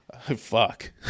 fuck